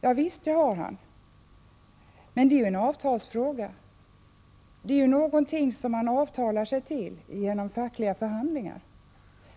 Ja visst, det får han, men det är ju en avtalsfråga. Det är någonting som man avtalar sig till genom fackliga förhandlingar